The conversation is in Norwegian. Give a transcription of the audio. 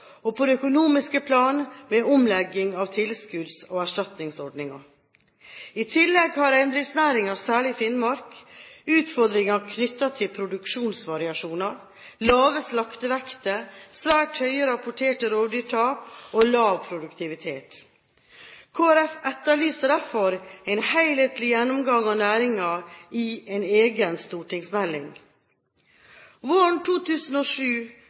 og på det økonomiske plan, med omlegging av tilskudds- og erstatningsordninger. I tillegg har reindriftsnæringen, særlig i Finnmark, utfordringer knyttet til produksjonsvariasjoner, lave slaktevekter, svært høye rapporterte rovdyrtap og lav produktivitet. Kristelig Folkeparti etterlyser derfor en helhetlig gjennomgang av næringen i en egen stortingsmelding. Våren 2007